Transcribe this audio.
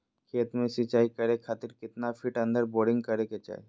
खेत में सिंचाई करे खातिर कितना फिट अंदर बोरिंग करे के चाही?